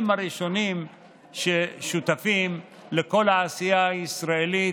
הם הראשונים ששותפים לכל העשייה הישראלית,